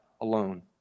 alone